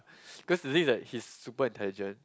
because to think that he's super intelligent